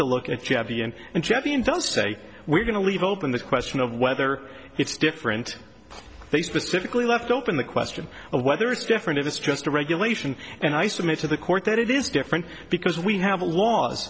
to look at the end and champion does say we're going to leave open the question of whether it's different they specifically left open the question of whether it's different if it's just a regulation and i submit to the court that it is different because we have law